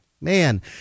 Man